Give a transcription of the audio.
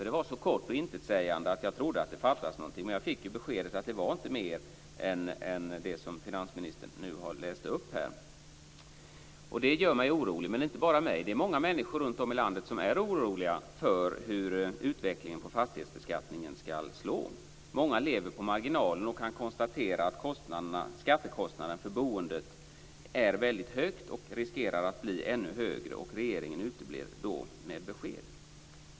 Svaret var så kort och intetsägande att jag trodde att det fattades något. Men jag fick beskedet att det inte var mer än det som finansministern nu har läst upp. Det gör mig orolig, men inte bara mig. Det är många människor runtom i landet som är oroliga för hur utvecklingen av fastighetsbeskattningen ska slå. Många lever på marginalen och kan konstatera att skattekostnaden för boendet är väldigt hög och riskerar att bli ännu högre. Regeringens besked uteblir.